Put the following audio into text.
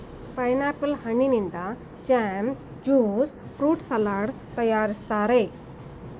pineapple ಹಣ್ಣಿನಿಂದ jam, juice fruit salad ತರಯಾರಿಸ್ತರೆ